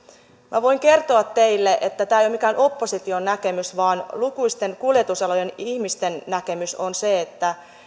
minä voin kertoa teille että tämä ei ole mikään opposition näkemys vaan lukuisten kuljetusalan ihmisten näkemys on se että